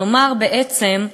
כלומר, בעצם,